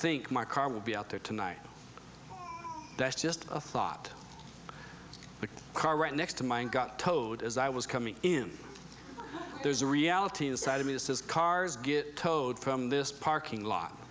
think my car will be out there tonight that's just a thought the car right next to mine got towed as i was coming in there's a reality inside of me this is cars get towed from this parking lot